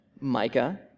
Micah